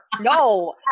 No